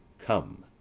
come,